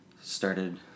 started